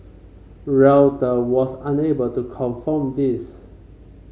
Reuter was unable to confirm this